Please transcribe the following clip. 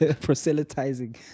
proselytizing